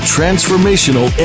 Transformational